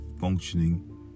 functioning